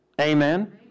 Amen